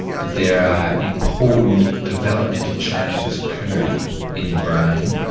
that there are important developmental changes occurring in the brain,